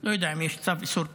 לא יודע אם יש צו איסור פרסום,